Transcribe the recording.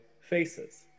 faces